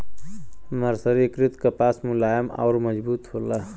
मर्सरीकृत कपास मुलायम आउर मजबूत होला